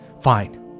Fine